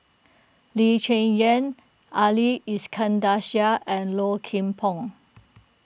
Lee Cheng Yan Ali Iskandar Shah and Low Kim Pong